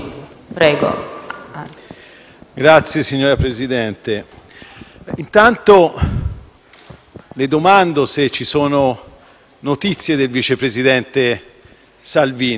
le domando se ci sono notizie del vice presidente Salvini. Credo sarebbe stato rispettoso nei confronti dell'Assemblea del Senato se fosse stato qua